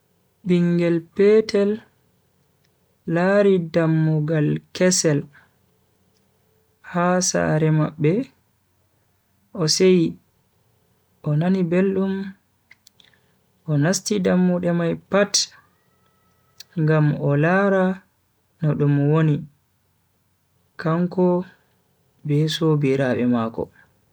Bingel petel lari dammugal kesel ha sare mabbe o seyi o nani beldum o nasti dammude mai pat ngam o lara no dum woni kanko be sobiraabe mako.